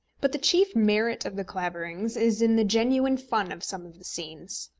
but the chief merit of the claverings is in the genuine fun of some of the scenes.